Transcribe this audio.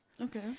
Okay